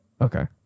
Okay